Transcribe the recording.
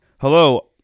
Hello